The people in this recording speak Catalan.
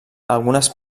algunes